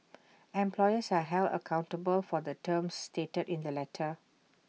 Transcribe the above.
employers are held accountable for the terms stated in the letter